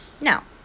Now